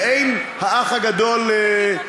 מעין "האח הגדול",